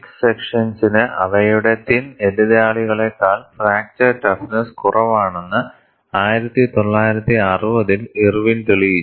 തിക്ക് സെക്ഷൻസിനു അവയുടെ തിൻ എതിരാളികളേക്കാൾ ഫ്രാക്ചർ ടഫ്നെസ്സ് കുറവാണെന്ന് 1960 ൽ ഇർവിൻ തെളിയിച്ചു